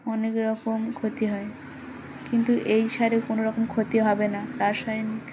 অনেক রকম ক্ষতি হয় কিন্তু এই সারে কোন রকম ক্ষতি হবে না রাসায়নিক